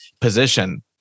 position